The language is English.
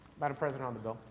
madam president on the bill.